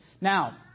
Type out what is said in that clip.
Now